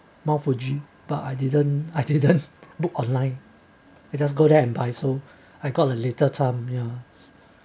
mount fuji but I didn't I didn't book online it just go there and buy so I got a little time ya